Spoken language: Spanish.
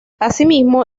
asimismo